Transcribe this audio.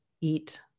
eat